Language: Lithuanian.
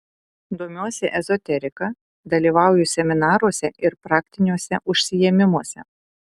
domiuosi ezoterika dalyvauju seminaruose ir praktiniuose užsiėmimuose